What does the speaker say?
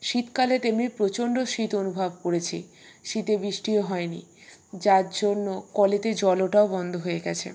শীতকালের তেমনি প্রচন্ড শীত অনুভব করেছি শীতে বৃষ্টিও হয় নি যার জন্য কলেতে জল ওঠাও বন্ধ হয়ে গেছে